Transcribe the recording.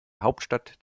hauptstadt